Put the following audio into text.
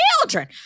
children